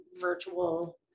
virtual